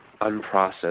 unprocessed